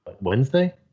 Wednesday